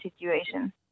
situation